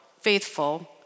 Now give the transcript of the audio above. faithful